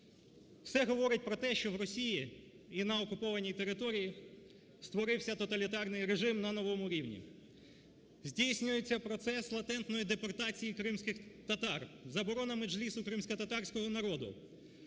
Все говорить про те, що в Росії і на окупованій території створився тоталітарний режим на новому рівні. Здійснюється процес латентної депортації кримських татар, заборона меджлісу кримськотатарського народу,